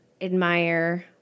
admire